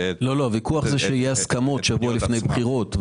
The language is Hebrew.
--- הוויכוח הוא שיהיו הסכמות שבוע לפני בחירות,